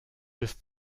bis